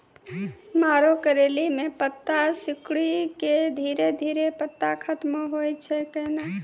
मरो करैली म पत्ता सिकुड़ी के धीरे धीरे पत्ता खत्म होय छै कैनै?